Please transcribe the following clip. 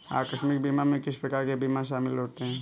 आकस्मिक बीमा में किस प्रकार के बीमा शामिल होते हैं?